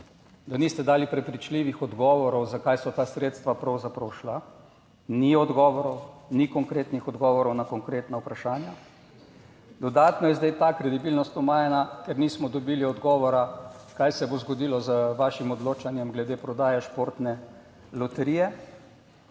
Da niste dali prepričljivih odgovorov zakaj so ta sredstva pravzaprav šla? Ni odgovorov, ni konkretnih odgovorov na konkretna vprašanja. Dodatno je zdaj ta kredibilnost omejena, ker nismo dobili odgovora, kaj se bo zgodilo z vašim odločanjem glede prodaje športne loterije?